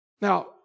Now